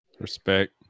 Respect